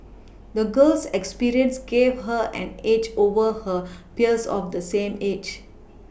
the girl's experiences gave her an edge over her peers of the same age